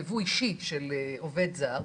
ייבוא אישי של עובד זר,